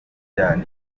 ryari